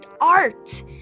art